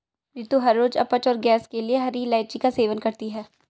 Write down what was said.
रितु हर रोज अपच और गैस के लिए हरी इलायची का सेवन करती है